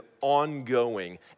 ongoing